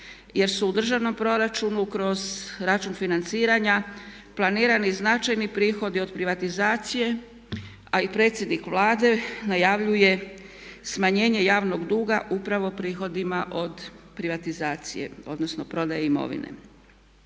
jer su u Državnom proračunu kroz račun financiranja planirani značajni prihodi od privatizacije, a i predsjednik Vlade najavljuje smanjenje javnog duga upravo prihodima od privatizacije odnosno od prodaje imovine.